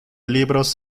libros